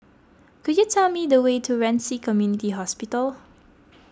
could you tell me the way to Ren Ci Community Hospital